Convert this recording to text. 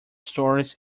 stories